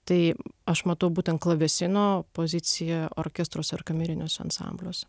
tai aš matau būtent klavesino poziciją orkestruose ir kameriniuose ansambliuose